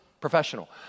professional